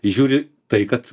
žiūri tai kad